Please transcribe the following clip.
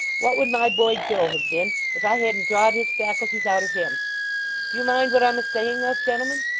what would my boy joe have been, if i hadn't drawed his faculties out of him do you mind what i'm a saying of, gentlemen